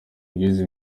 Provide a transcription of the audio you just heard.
rwize